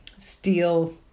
steel